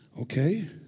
Okay